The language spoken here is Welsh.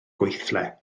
gweithle